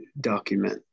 document